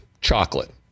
chocolate